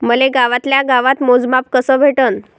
मले गावातल्या गावात मोजमाप कस भेटन?